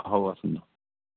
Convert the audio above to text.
ହଉ ଆସିନ୍ତୁ